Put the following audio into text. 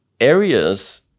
areas